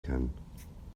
kann